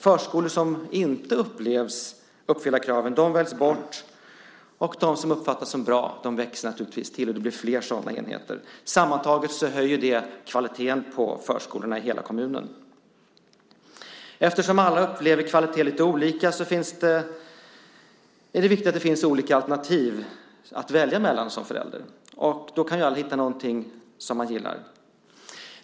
Förskolor som inte upplevs uppfylla kraven väljs bort. De som uppfattas som bra växer naturligtvis till. Det blir flera sådana enheter. Sammantaget höjer det kvaliteten på förskolorna i hela kommunen. Eftersom alla upplever kvalitet lite olika är det viktigt att det för en förälder finns olika alternativ att välja mellan. Då kan alla hitta någonting som gillas.